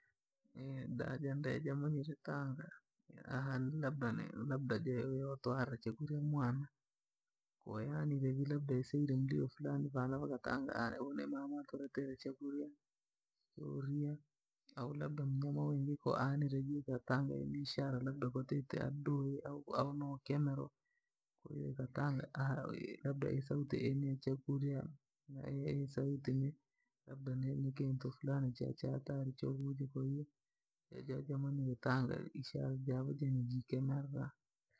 Daja ndee namaliye tanga ni aha labda ladba jaiho yotwaraa chakuria mwana. Kwa yaanre labda yasesaria umuro fulani vana vakatanga unne mamoto uretere chakurya uhurie au ladba mnyama wingi uko annre ji ukatanga ni ishara labda kwatite adui au konokemero. kwahiyo ikatanga aha labda ni sauti ya chakuria. ni sauti labda ni kintu fulani cha- cha hatari cho kuja koiyo jamanire itanga ishara jenevyo ji jekikemera.